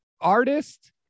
artist